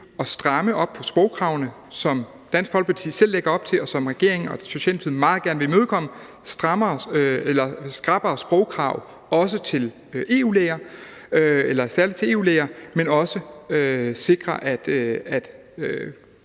at stramme op på sprogkravene, som Dansk Folkeparti selv lægger op til, og hvilket regeringen og Socialdemokratiet meget gerne vil imødekomme, altså skrappere sprogkrav særlig til EU-læger; men vi skal også sikre, at